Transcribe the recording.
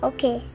Okay